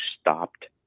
stopped